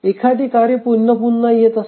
एखादे कार्य पुन्हा पुन्हा येत असते